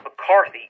McCarthy